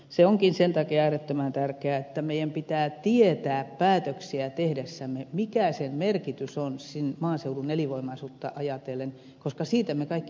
se onkin sen takia äärettömän tärkeää että meidän pitää tietää päätöksiä tehdessämme mikä niiden merkitys on maaseudun elinvoimaisuutta ajatellen koska siitä me kaikki puhumme